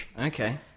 Okay